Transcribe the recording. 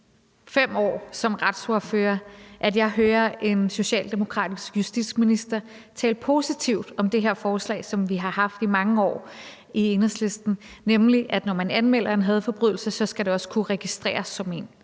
5 år som retsordfører, at jeg hører en socialdemokratisk justitsminister tale positivt om det her forslag, som vi har haft i mange år i Enhedslisten, nemlig at når man anmelder en hadforbrydelse, skal det også kunne registreres som en.